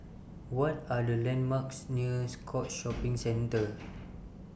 What Are The landmarks near Scotts Shopping Centre